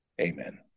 Amen